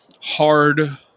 hard